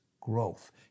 growth